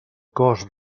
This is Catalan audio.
cost